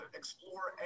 explore